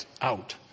out